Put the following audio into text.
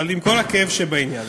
עם כל הכאב שבעניין,